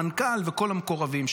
מנכ"ל וכל המקורבים?